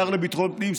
השר לביטחון הפנים,